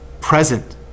present